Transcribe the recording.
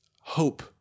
hope